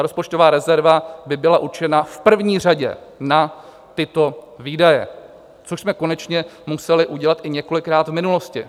Rozpočtová rezerva by byla určena v první řadě na tyto výdaje, což jsme konečně museli udělat i několikrát v minulosti.